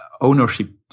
ownership